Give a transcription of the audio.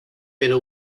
pero